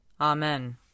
Amen